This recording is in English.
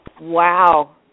Wow